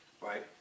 right